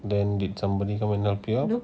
then did somebody come and help you out